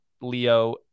leo